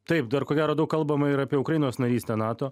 taip dar ko gero daug kalbama ir apie ukrainos narystę nato